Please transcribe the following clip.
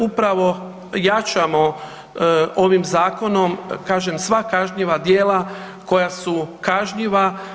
Upravo jačamo ovim zakonom kažem sva kažnjiva djela koja su kažnjiva.